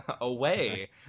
Away